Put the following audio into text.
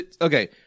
okay